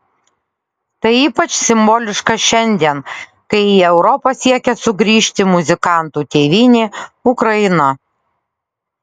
tai ypač simboliška šiandien kai į europą siekia sugrįžti muzikantų tėvynė ukraina